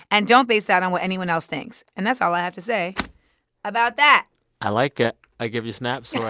and don't base that on what anyone else thinks. and that's all i have to say about that i like it. i give you snaps yeah